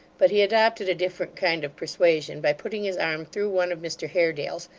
but he adopted a different kind of persuasion, by putting his arm through one of mr haredale's,